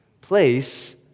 Place